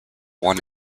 one